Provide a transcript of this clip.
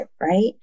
right